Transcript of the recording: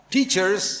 Teachers